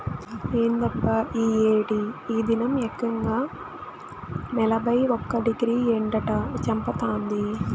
ఏందబ్బా ఈ ఏడి ఈ దినం ఏకంగా నలభై ఒక్క డిగ్రీ ఎండట చంపతాంది